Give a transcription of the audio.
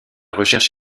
recherche